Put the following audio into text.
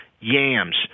yams